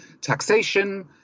taxation